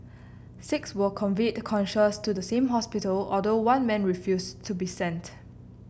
six were conveyed conscious to the same hospital although one man refused to be sent